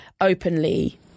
openly